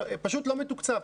פשוט לא מתוקצב.